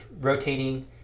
rotating